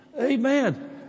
Amen